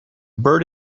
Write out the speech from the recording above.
bird